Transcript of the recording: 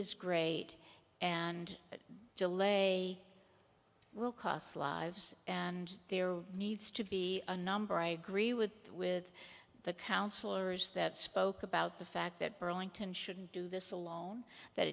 is great and that delay will cost lives and there needs to be a number i agree with with the counselors that spoke about the fact that burlington shouldn't do this alone that